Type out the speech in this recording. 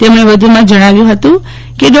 તેમણે વ્ધમાં જણાવ્યું હતું કે ડો